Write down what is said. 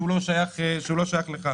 שהוא לא שייך לך.